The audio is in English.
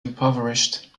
impoverished